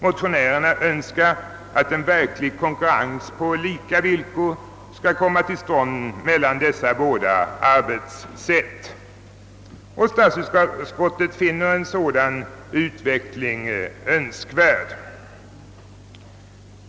Motionärerna önskar att en verklig konkurrens på lika villkor skall komma till stånd mellan dessa båda arbetssätt, och statsutskottet finner också en sådan utveckling önskvärd.